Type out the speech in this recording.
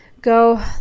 Go